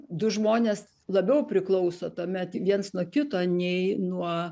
du žmonės labiau priklauso tuomet viens nuo kito nei nuo